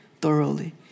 thoroughly